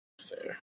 Fair